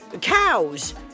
cows